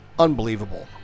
unbelievable